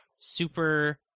super